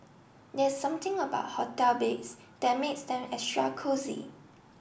there's something about hotel beds that makes them extra cosy